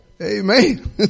Amen